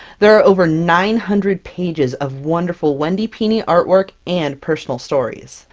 there are over nine hundred pages of wonderful wendy pini artwork and personal stories!